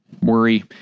Worry